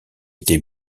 été